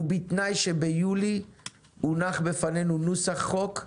ובתנאי שביולי יונח לפנינו נוסח חוק.